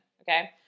Okay